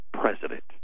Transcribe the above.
President